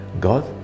God